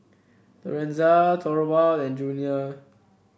Lorenza Thorwald and Junior